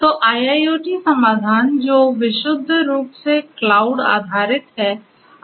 तो IIoT समाधान जो विशुद्ध रूप से क्लाउड आधारित हैं आदर्श नहीं हो सकते हैं